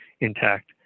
intact